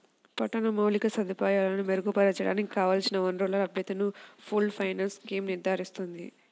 పట్టణ మౌలిక సదుపాయాలను మెరుగుపరచడానికి కావలసిన వనరుల లభ్యతను పూల్డ్ ఫైనాన్స్ స్కీమ్ నిర్ధారిస్తుంది